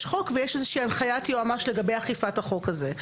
יש חוק ויש איזושהי הנחיית יועמ"ש לגבי אכיפת החוק הזה.